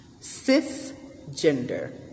Cisgender